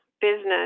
business